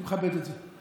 הייתי מכבד את זה.